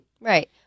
right